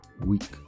week